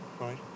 Right